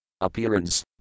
appearance